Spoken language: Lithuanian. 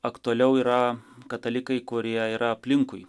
aktualiau yra katalikai kurie yra aplinkui